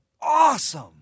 Awesome